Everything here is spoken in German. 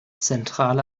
zentrale